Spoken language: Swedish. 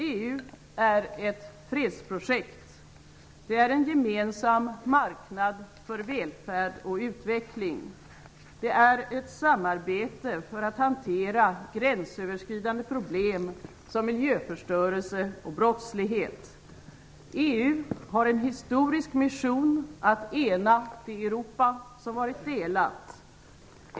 EU är ett fredsprojekt; det är en gemensam marknad för välfärd och utveckling, det är ett samarbete för att hantera gränsöverskridande problem såsom miljöförstörelse och brottslighet. EU har en historisk mission att ena det Europa som varit delat.